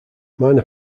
minor